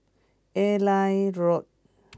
Airline Road